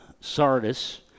Sardis